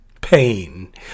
pain